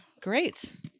great